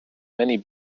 many